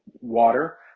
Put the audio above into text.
water